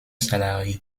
salarié